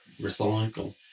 recycle